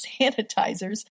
sanitizers